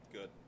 Good